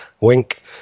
Wink